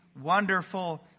wonderful